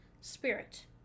spirit